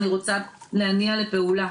אני רוצה להניע לפעולה.